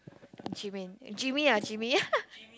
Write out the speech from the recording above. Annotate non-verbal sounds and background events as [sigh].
Jimm~ Jimmy ah Jimmy [laughs]